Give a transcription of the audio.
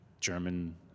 German